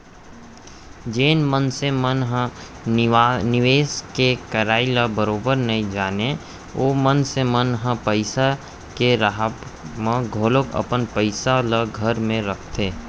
जेन मनसे मन ह निवेस के करई ल बरोबर नइ जानय ओ मनसे मन ह पइसा के राहब म घलौ अपन पइसा ल घरे म राखथे